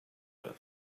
earth